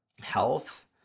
health